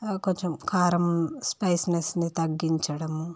కొంచెం కారం స్పైసీనెస్ని తగ్గించడం